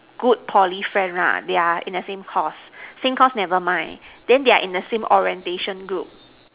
good Poly friend lah they are in the same course same course never mind then they are in the same orientation group